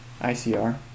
ICR